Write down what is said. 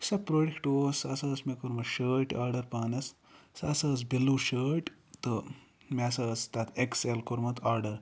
یُس سہَ پروڈَکٹہٕ اوس سُہ ہَسا ٲسۍ مےٚ کٔرمٕژ شٲٹۍ آرڈر پانَس سۄ ہَسا ٲسۍ بِلوٗ شٲٹۍ تہٕ مےٚ ہَسا ٲسۍ تَتھ ایٚکٕس ایٚل کوٚرمُت آرڈَر